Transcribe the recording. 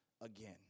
again